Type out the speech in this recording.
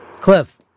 cliff